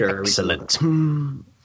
Excellent